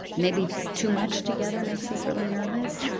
maybe too much together makes us really nervous